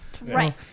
Right